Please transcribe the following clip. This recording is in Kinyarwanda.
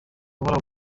uhoraho